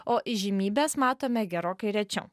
o įžymybes matome gerokai rečiau